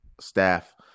staff